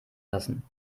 lassen